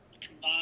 combined